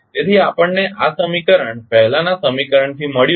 તેથી આપણને આ સમીકરણ પહેલાના સમીકરણથી મળ્યું છે